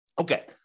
Okay